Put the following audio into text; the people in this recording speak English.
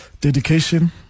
Dedication